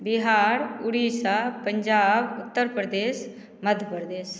Bihar Orissa Punjab Uttar Pradesh Madhya Pradesh